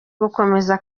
gukomeza